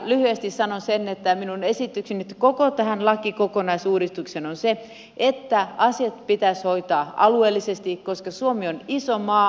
lyhyesti sanon sen että minun esitykseni nyt koko tähän lakikokonaisuudistukseen on se että asiat pitäisi hoitaa alueellisesti koska suomi on iso maa